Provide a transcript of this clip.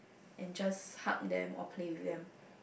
and just hug them or play with them